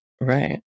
right